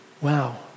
Wow